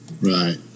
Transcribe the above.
Right